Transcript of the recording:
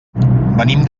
venim